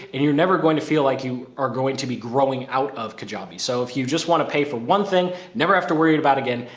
and you're never going to feel like you are going to be growing out of kajabi. so if you just want to pay for one thing, never have to worry about again.